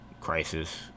Crisis